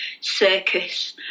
circus